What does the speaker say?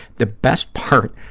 the best part